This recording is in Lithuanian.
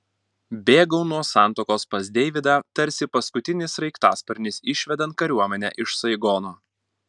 bėgau nuo santuokos pas deividą tarsi paskutinis sraigtasparnis išvedant kariuomenę iš saigono